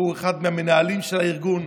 שהוא אחד מהמנהלים של הארגון,